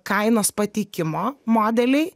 kainos pateikimo modeliai